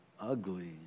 ugly